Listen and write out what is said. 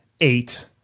eight